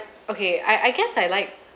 okay I I guess I like